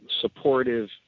supportive